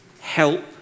Help